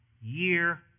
year